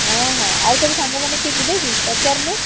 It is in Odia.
ହଁ ହଁ ଆଉ ସବୁ ସାଙ୍ଗମାନେ କିଏ ଯିବେ କି ପଚାରୁନୁ